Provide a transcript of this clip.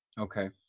Okay